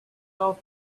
off